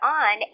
on